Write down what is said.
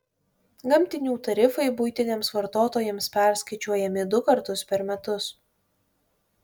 gamtinių tarifai buitiniams vartotojams perskaičiuojami du kartus per metus